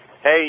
Hey